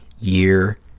Year